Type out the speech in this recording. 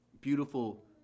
Beautiful